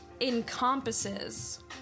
encompasses